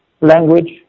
language